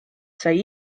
sai